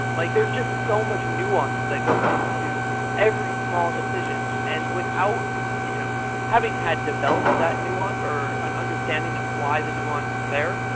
like there's just so much nuance that goes into every small decision. and without you know having had developed that nuance, or an understanding of why the nuance is there,